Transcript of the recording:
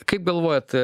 kaip galvojat